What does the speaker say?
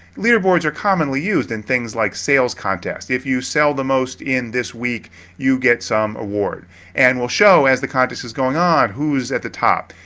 leaderboards are commonly used in and things like sales contests. if you sell the most in this week you get some award and will show as the contest is going on who's at the top.